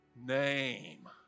name